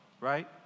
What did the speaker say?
right